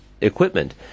equipment